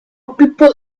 people